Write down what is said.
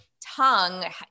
tongue